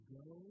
go